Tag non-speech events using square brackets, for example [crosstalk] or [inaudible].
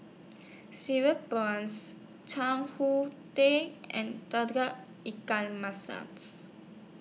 Cereal Prawns Chan Hu Tang and [unintelligible] Ikan Masin's